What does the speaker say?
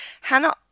Hannah